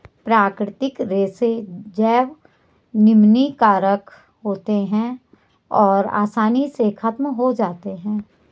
प्राकृतिक रेशे जैव निम्नीकारक होते हैं और आसानी से ख़त्म हो जाते हैं